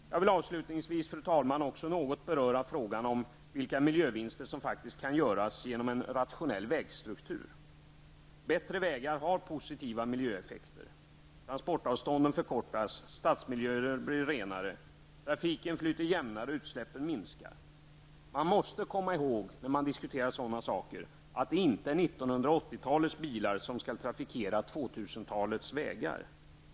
Jag vill, fru talman, också något beröra frågan om vilka miljövinster som faktiskt kan göras genom en rationell vägstruktur. Bättre vägar har positiva miljöeffekter. Transportavstånden förkortas, stadsmiljöer blir renare, trafiken flyter jämnare och utsläppen minskar. När man diskuterar detta måste man komma ihåg att det inte är 1980-talets bilar som skall trafikera 2000-talets vägar.